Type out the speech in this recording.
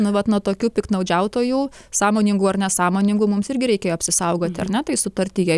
nu vat nuo tokių piktnaudžiautojų sąmoningų ar nesąmoningų mums irgi reikėjo apsisaugoti ar ne tai sutartyje